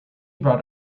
brought